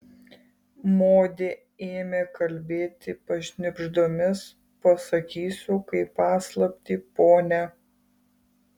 modė ėmė kalbėti pašnibždomis pasakysiu kaip paslaptį pone